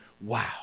wow